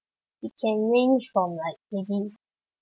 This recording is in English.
it can range from like maybe